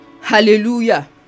Hallelujah